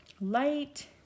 light